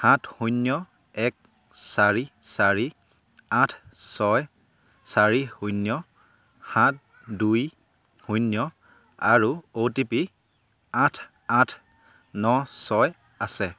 সাত শূন্য এক চাৰি চাৰি আঠ ছয় চাৰি শূন্য সাত দুই শূন্য আৰু অ' টি পি আঠ আঠ ন ছয় আছে